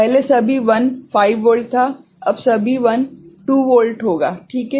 पहले सभी 1 5 वोल्ट था अब सभी 1 2 वोल्ट होगा ठीक है